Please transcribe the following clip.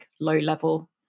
low-level